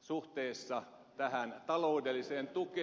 suhteessa tähän taloudelliseen tukeen